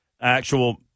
actual